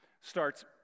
starts